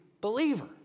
believer